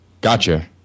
gotcha